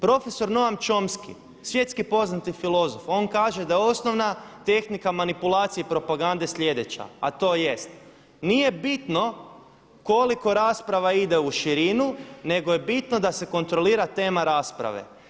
Profesor Noam Chomsky svjetski poznati filozof on kaže da osnovna tehnika manipulacije propagande je sljedeća, a to jest nije bitno koliko rasprava ide u širinu nego je bitno da se kontrolira tema rasprave.